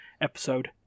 episode